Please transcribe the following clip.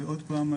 עוד פעם,